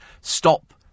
stop